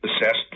assessed